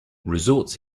resorts